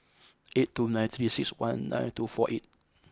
eight two nine three six one nine two four eight